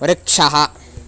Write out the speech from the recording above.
वृक्षः